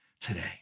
today